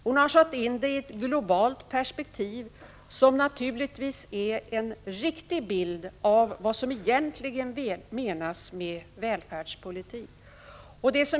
Hon har satt in frågan i ett globalt perspektiv, som naturligtvis ger en riktig bild av vad som egentligen menas med välfärdspolitik.